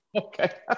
Okay